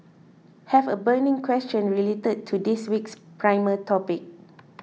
have a burning question related to this week's primer topic